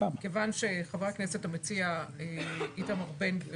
כיוון שחבר הכנסת המציע איתמר בן גביר